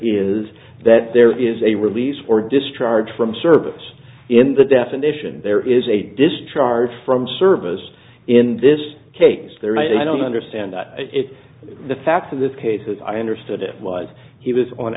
is that there is a release or discharge from service in the definition there is a discharge from service in this case i don't understand it the facts of this case is i understood it like he was on